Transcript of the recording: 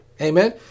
Amen